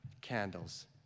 candles